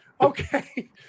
Okay